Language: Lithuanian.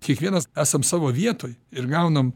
kiekvienas esam savo vietoj ir gaunam